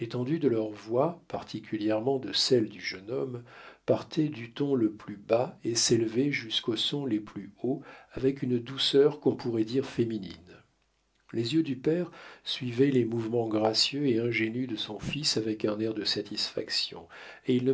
l'étendue de leurs voix particulièrement de celle du jeune homme partait du ton le plus bas et s'élevait jusqu'aux sons les plus hauts avec une douceur qu'on pourrait dire féminine les yeux du père suivaient les mouvements gracieux et ingénus de son fils avec un air de satisfaction et il